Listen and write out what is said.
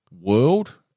world